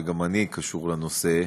וגם אני קשור לנושא,